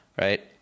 right